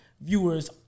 viewers